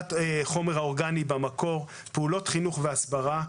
הפרדת חומר אורגני במקור, פעולות חינוך והסברה.